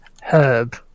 Herb